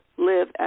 live